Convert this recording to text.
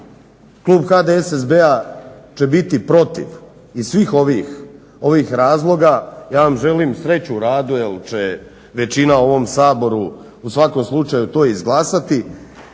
klub HDSSB-a će biti protiv iz svih ovih razloga. Ja vam želim sreću u radu jel će većina u ovom Saboru u svakom slučaju to izglasati,